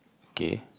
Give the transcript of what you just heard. kay